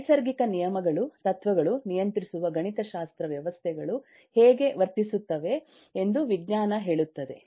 ನೈಸರ್ಗಿಕ ನಿಯಮಗಳು ತತ್ವಗಳು ನಿಯಂತ್ರಿಸುವ ಗಣಿತಶಾಸ್ತ್ರ ವ್ಯವಸ್ಥೆಗಳು ಹೇಗೆ ವರ್ತಿಸುತ್ತವೆ ಎಂದು ವಿಜ್ಞಾನ ಹೇಳುತ್ತದೆ